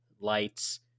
lights